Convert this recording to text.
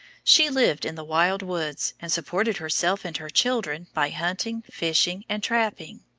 she lived in the wild woods, and supported herself and her children by hunting, fishing, and trapping.